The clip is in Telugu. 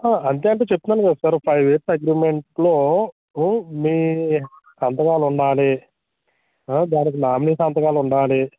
అంతే అంటే చెప్తున్నాను కదా సార్ ఫైవ్ ఇయర్స్ అగ్రీమెంట్లో మీ సంతకాలు ఉండాలి దాానికి నామినీ సంతకాలు ఉండాలి